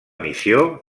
missió